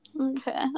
Okay